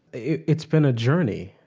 it's been a journey.